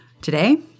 Today